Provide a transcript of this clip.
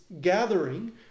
gathering